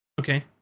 Okay